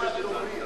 הזה.